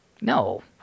No